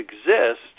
exist